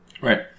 Right